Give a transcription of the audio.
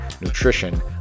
nutrition